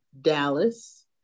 Dallas